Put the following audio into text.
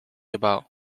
about